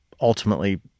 ultimately